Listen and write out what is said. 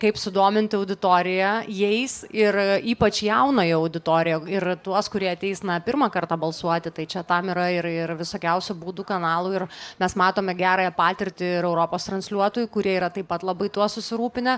kaip sudominti auditoriją jais ir ypač jaunąją auditoriją ir tuos kurie ateis na pirmą kartą balsuoti tai čia tam yra ir ir visokiausių būdų kanalų ir mes matome gerąją patirtį ir europos transliuotojų kurie yra taip pat labai tuo susirūpinę